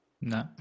No